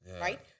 right